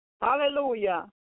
Hallelujah